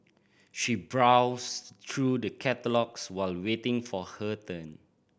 she browsed through the catalogues while waiting for her turn